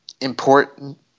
important